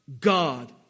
God